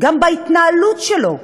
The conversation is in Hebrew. גם בהתנהלות שלו?